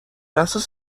اساس